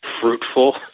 fruitful